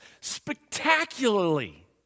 spectacularly